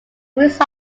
rouse